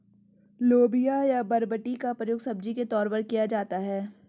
लोबिया या बरबटी का प्रयोग सब्जी के तौर पर किया जाता है